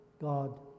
God